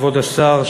כבוד השר,